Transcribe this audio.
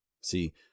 See